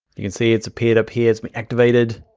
you can see it's appeared up here its been activated,